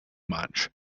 much